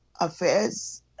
affairs